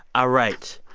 ah right.